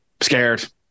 Scared